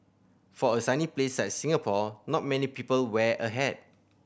for a sunny place like Singapore not many people wear a hat